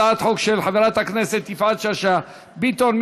הצעת חוק של חברת הכנסת יפעת שאשא ביטון.